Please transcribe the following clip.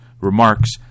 remarks